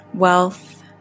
Wealth